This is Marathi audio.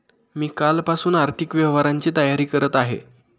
मी कालपासून आर्थिक व्यवहारांची तयारी करत आहे